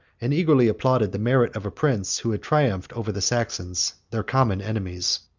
and eagerly applauded the merit of a prince who had triumphed over the saxons, their common enemies.